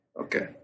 Okay